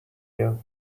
you